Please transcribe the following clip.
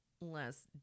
less